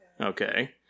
Okay